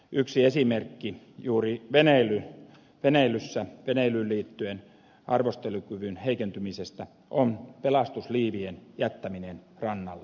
yksi esimerkki juuri veneilyyn liittyen arvostelukyvyn heikentymisestä on pelastusliivien jättäminen rannalle